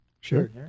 Sure